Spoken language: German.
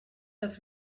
das